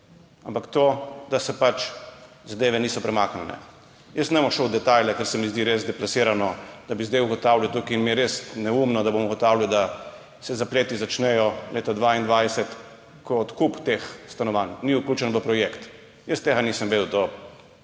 ampak to, da se pač zadeve niso premaknile. Jaz ne bom šel v detajle, ker se mi zdi res deplasirano, da bi zdaj tukaj ugotavljali, res mi je neumno, da bom ugotavljal, da se zapleti začnejo leta 2022, ko odkup teh stanovanj ni vključen v projekt. Jaz tega nisem vedel do dveh